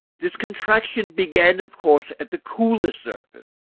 this contraction began of course at the coolest surface,